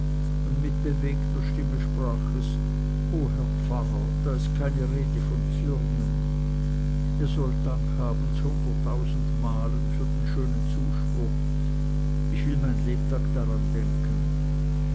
und mit bewegter stimme sprach es o herr pfarrer da ist keine rede von zürnen ihr sollt dank haben z'hunderttausend malen für den schönen zuspruch ich will mein lebtag daran denken